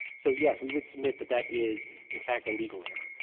so yes, we would submit that that is in fact a legal error.